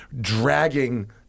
dragging